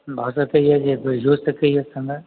भऽ सकैया जे बढ़िओ सकैया समय